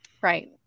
Right